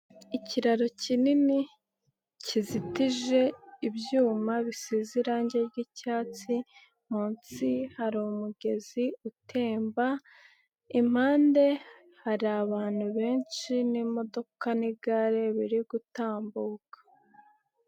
Ikiraro kinini kizitije ibyuma bisize irange ry'icyatsi, munsi hari umugezi utemba, impande hari abantu benshi n'imodoka n'igare biri gutambuka.